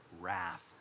wrath